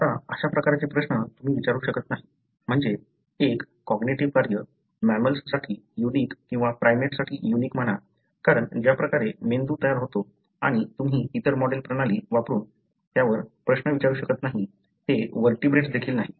आता अशा प्रकारचे प्रश्न तुम्ही विचारू शकत नाही म्हणजे एक कॉग्नेटिव्ह कार्य मॅमल्स साठी युनिक किंवा प्राइमेट्स साठी युनिक म्हणा कारण ज्या प्रकारेऍनिमलं तयार होतो आणि तुम्ही इतर मॉडेल प्रणाली वापरून त्यावर प्रश्न विचारू शकत नाही जे व्हर्टीब्रेट्स देखील नाही